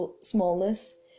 smallness